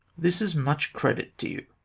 this is much credit to you.